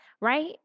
right